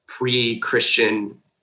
pre-Christian